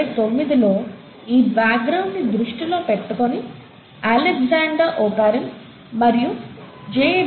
1929 లో ఈ బాక్గ్రౌండ్ ని దృష్టిలో పెట్టుకుని అలెగ్జాండర్ ఓపారిన్ మరియు జే